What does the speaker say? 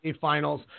Finals